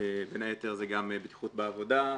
בין היתר זה גם בטיחות בעבודה,